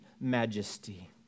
majesty